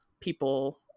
people